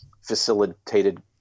facilitated